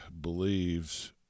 believes